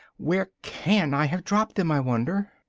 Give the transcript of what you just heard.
where can i have dropped them, i wonder?